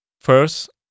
first